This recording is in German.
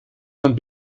man